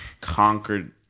conquered